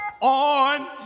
on